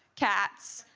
cats.